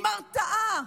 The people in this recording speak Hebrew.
עם הרתעה,